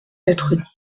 d’être